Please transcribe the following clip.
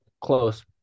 close